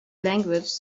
language